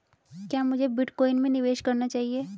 क्या मुझे बिटकॉइन में निवेश करना चाहिए?